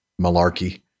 malarkey